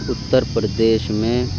اتر پردیش میں